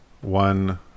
One